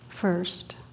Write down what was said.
first